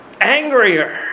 angrier